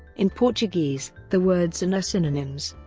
in portuguese, the words and are synonyms,